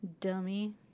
Dummy